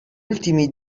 ultimi